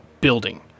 building